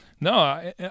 No